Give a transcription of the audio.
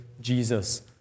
Jesus